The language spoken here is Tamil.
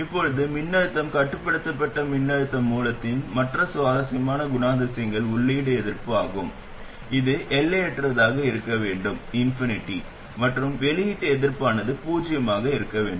இப்போது மின்னழுத்தம் கட்டுப்படுத்தப்பட்ட மின்னழுத்த மூலத்தின் மற்ற சுவாரசியமான குணாதிசயங்கள் உள்ளீடு எதிர்ப்பு ஆகும் இது எல்லையற்றதாக இருக்க வேண்டும் மற்றும் வெளியீட்டு எதிர்ப்பானது பூஜ்ஜியமாக இருக்க வேண்டும்